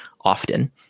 often